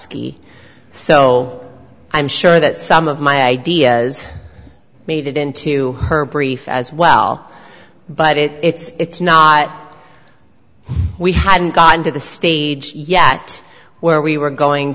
s so i'm sure that some of my ideas made it into her brief as well but it it's not we hadn't gotten to the stage yet where we were going